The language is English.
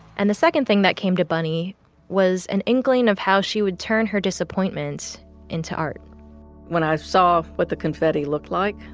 and the second thing that came to bunny was an inkling of how she would turn her disappointments into art when i saw what the confetti looked like,